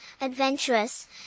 adventurous